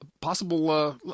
possible –